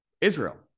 israel